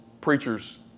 preachers